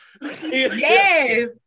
Yes